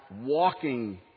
walking